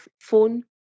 phone